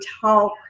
talk